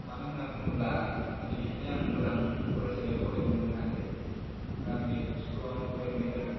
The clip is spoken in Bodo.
मानो होनना बुङोब्ला ओन्दैनिफ्राइ आं मोजां फरायसालियाव फरायबोनो मोनाखै गामिनि एल पि स्कुलाव आं फरायबोनाय जादों